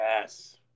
Yes